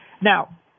Now